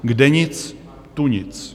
Kde nic tu nic.